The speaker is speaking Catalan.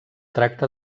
tracta